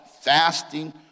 Fasting